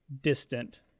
distant